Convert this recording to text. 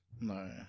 No